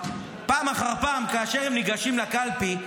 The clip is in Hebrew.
פעם אחר פעם כאשר הם ניגשים לקלפי,